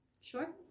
Sure